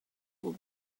will